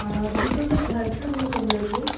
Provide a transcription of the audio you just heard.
अभी तो में घर पर हूँ कमला जी